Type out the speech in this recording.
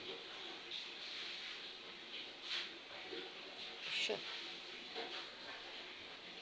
sure